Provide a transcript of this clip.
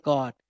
God